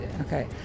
Okay